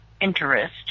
interest